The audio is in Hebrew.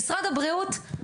משרד הבריאות,